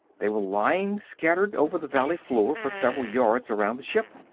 they were lying scattered over the valley floor for several yards around the ship.